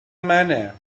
منه